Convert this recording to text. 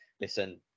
listen